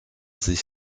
sich